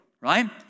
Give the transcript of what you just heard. Right